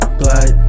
blood